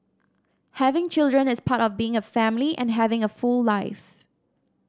having children is part of being a family and having a full life